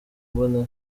mbonera